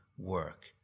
work